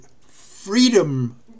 Freedom